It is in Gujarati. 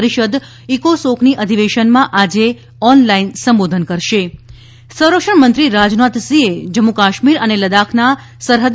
પરિષદ ઈકોસોકના અધિવેશનમાં આજે ઓનલાઈન સંબોધન કરશે સંરક્ષણ મંત્રી રાજનાથસિંહે જમ્મુ કાશ્મીર અને લદ્દાખના સરહદી